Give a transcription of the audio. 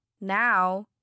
now